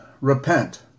Repent